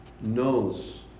knows